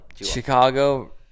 Chicago